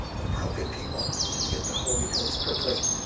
the broken people get the holy ghost quickly